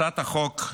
הצעת החוק,